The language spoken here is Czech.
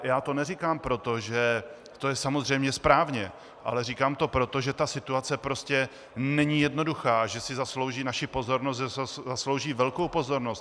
Já to neříkám proto, že to je samozřejmě správně, ale říkám to proto, že ta situace není jednoduchá a že si zaslouží naši pozornost a zaslouží si velkou pozornost.